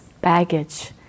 baggage